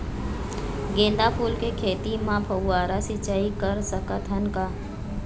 गेंदा फूल के खेती म फव्वारा सिचाई कर सकत हन का?